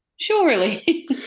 Surely